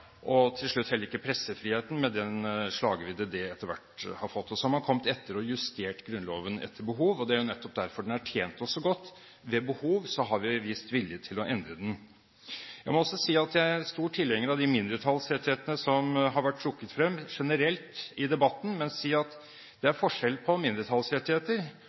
og til slutt heller ikke pressefriheten med den slagvidde den etter hvert har fått. Man har kommet etterpå og justert Grunnloven etter behov. Det er nettopp derfor den har tjent oss så godt: Ved behov har vi vist vilje til å endre den. Jeg må også si jeg er stor tilhenger av de mindretallsrettighetene som generelt har vært trukket frem i debatten, men at det er forskjell på mindretallsrettigheter